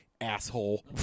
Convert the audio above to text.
asshole